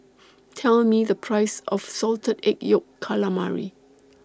Tell Me The Price of Salted Egg Yolk Calamari